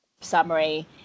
summary